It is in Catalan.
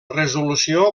resolució